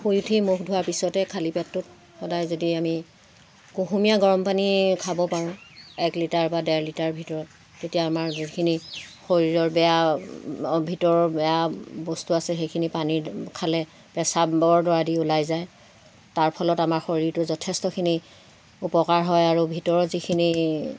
শুই উঠি মুখ ধোৱাৰ পিছতে খালী পেটটোত সদায় যদি আমি কুহুমীয়া গৰম পানী খাব পাৰোঁ এক লিটাৰ বা ডেৰ লিটাৰ ভিতৰত তেতিয়া আমাৰ যিখিনি শৰীৰৰ বেয়া ভিতৰৰ বেয়া বস্তু আছে সেইখিনি পানী খালে পেচাবৰ দুৱাৰ দি ওলাই যায় তাৰ ফলত আমাৰ শৰীৰটো যথেষ্টখিনি উপকাৰ হয় আৰু ভিতৰৰ যিখিনি